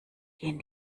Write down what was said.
gehen